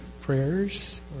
prayers